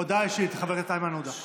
הודעה אישית, חבר הכנסת איימן עודה,